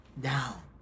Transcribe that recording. down